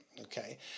Okay